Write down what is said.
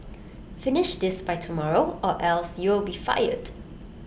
finish this by tomorrow or else you'll be fired